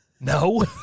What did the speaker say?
No